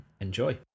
enjoy